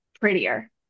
prettier